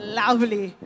lovely